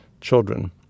Children